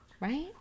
right